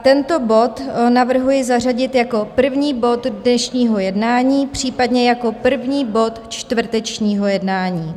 Tento bod navrhuji zařadit jako první bod dnešního jednání, případně jako první od čtvrtečního jednání.